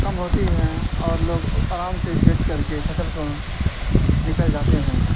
کم ہوتی ہے اور لوگ آرام سے بیچ کر کے فصل کو نکل جاتے ہیں